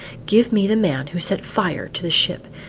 give me the man who set fire to the ship,